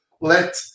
let